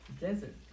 Desert